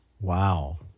Wow